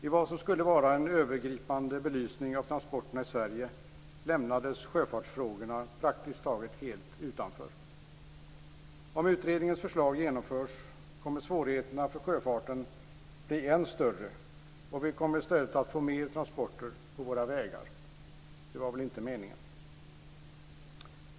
I vad som skulle vara en övergripande belysning av transporterna i Sverige lämnades sjöfartsfrågorna praktiskt taget helt utanför. Om utredningens förslag genomförs kommer svårigheterna för sjöfarten att bli än större och vi kommer i stället att få mer transporter på våra vägar - det var väl inte meningen?